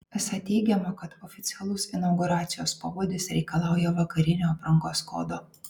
esą teigiama kad oficialus inauguracijos pobūdis reikalauja vakarinio aprangos kodo